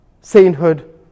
Sainthood